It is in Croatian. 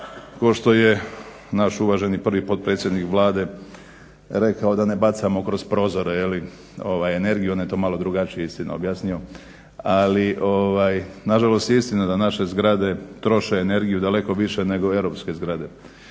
pošto je naš uvaženi prvi potpredsjednik Vlade rekao da ne bacamo kroz prozore energiju. On je to malo drugačije istina objasnio, ali na žalost je istina da naše zgrade troše energiju daleko više nego europske zgrade